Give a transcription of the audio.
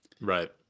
Right